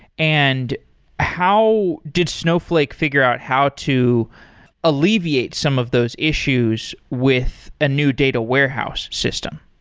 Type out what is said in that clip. and how did snowflake figure out how to alleviate some of those issues with a new data warehouse system?